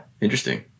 Interesting